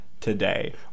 today